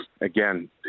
again